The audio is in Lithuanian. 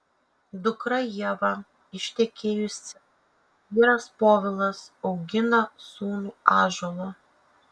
dukra ieva ištekėjusi vyras povilas augina sūnų ąžuolą